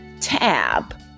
tab